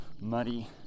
muddy